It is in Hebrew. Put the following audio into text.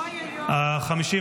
הוועדה, נתקבל.